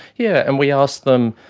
yeah and we asked them,